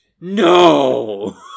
No